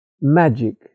magic